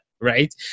Right